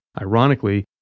ironically